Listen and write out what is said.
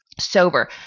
sober